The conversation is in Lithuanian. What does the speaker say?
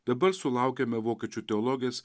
dabar sulaukėme vokiečių teologės